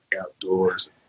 outdoors